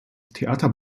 theater